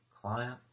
client